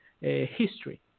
history